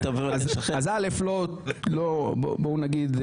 בואו נגיד,